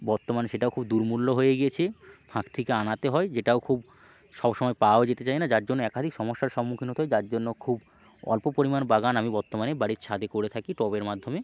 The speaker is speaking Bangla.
বর্তমানে সেটাও খুব দুর্মূল্য হয়ে গিয়েছে ফাঁক থেকে আনাতে হয় যেটাও খুব সবসময় পাওয়াও যেতে চায় না যার জন্য একাধিক সমস্যার সম্মুখীন হতে হয় যার জন্য খুব অল্প পরিমাণ বাগান আমি বর্তমানে বাড়ির ছাদে করে থাকি টবের মাধ্যমে